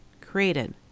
created